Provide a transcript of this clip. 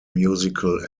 musical